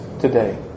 today